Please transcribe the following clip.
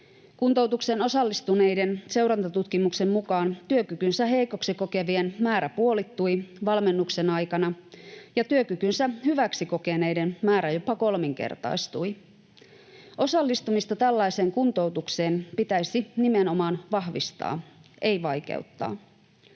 Kuntoutukseen osallistuneiden seurantatutkimuksen mukaan työkykynsä heikoksi kokevien määrä puolittui valmennuksen aikana ja työkykynsä hyväksi kokeneiden määrä jopa kolminkertaistui. Osallistumista tällaiseen kuntoutukseen pitäisi nimenomaan vahvistaa, ei vaikeuttaa.